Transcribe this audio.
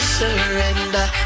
surrender